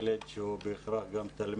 ילד שהוא גם תלמיד,